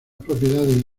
propiedades